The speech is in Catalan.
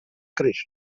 créixer